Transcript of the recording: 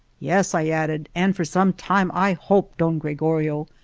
yes, i added, and for some time, i hope, don gregorio,